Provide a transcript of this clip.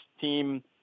team –